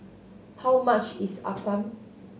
how much is appam